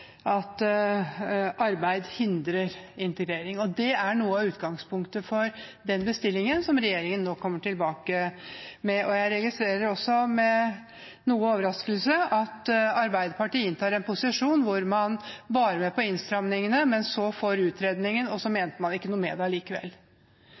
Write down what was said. fremmer arbeid integrering. Det er ikke slik at arbeid hindrer integrering. Det er noe av utgangspunktet for den bestillingen som regjeringen kommer tilbake med. Jeg registrerer også med noe overraskelse at Arbeiderpartiet inntar den posisjonen at man var med på innstrammingene, og så får man utredningen, men så